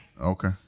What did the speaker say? Okay